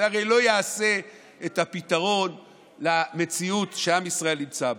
זה הרי לא יעשה את הפתרון למציאות שעם ישראל נמצא בה.